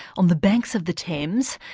on the banks of the thames,